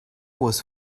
was